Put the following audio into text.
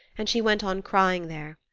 and she went on crying there,